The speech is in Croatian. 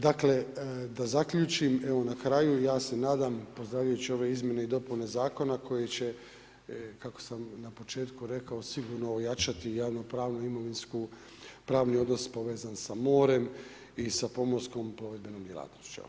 Dakle da zaključim, evo na kraju ja se nadam pozdravljajući ove izmjene i dopune zakona koje će kako sam na početku rekao sigurno ojačati javnopravnu, imovinsku, pravni odnos povezan sa morem i sa pomorskom plovidbenom djelatnošću.